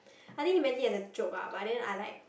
I think he meant it as a joke ah but then I like